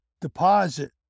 deposit